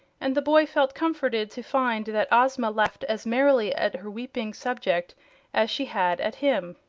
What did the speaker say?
and the boy felt comforted to find that ozma laughed as merrily at her weeping subject as she had at him.